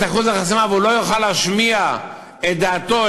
אחוז החסימה והוא לא יוכל להשמיע את דעתו,